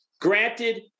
granted